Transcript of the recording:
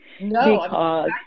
no